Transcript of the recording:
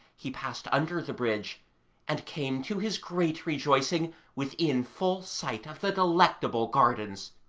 he passed under the bridge and came, to his great rejoicing, within full sight of the delectable gardens.